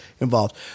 involved